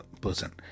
person